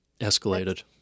escalated